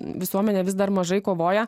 visuomenė vis dar mažai kovoja